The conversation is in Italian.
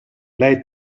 lei